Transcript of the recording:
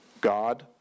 God